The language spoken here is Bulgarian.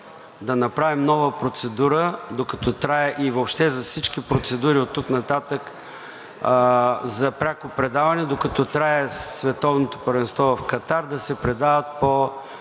да направим нова процедура, докато трае – и въобще за всички процедури оттук нататък за пряко предаване, докато трае Световното